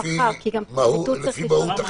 אחר כך סעיף 15 זה עצורי